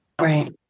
Right